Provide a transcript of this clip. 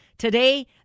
Today